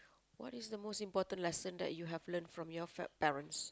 what is the most important lesson that you have learnt from your fa~ parents